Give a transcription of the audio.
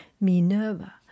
Minerva